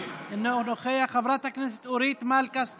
אינו נוכח, חברת הכנסת אורית מלכה סטרוק,